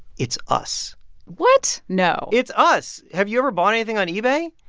it's us what? no it's us. have you ever bought anything on ebay?